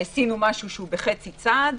עשינו משהו שהוא בחצי צעד.